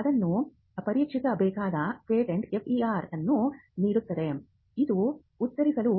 ಅದನ್ನು ಪರೀಕ್ಷಿಸಬೇಕಾದಾಗ patent FER ಅನ್ನು ನೀಡುತ್ತದೆ ಇದು ಉತ್ತರಿಸಲು